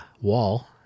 wall